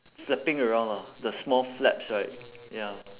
flapping around ah the small flaps right ya